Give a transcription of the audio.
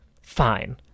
fine